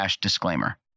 disclaimer